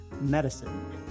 medicine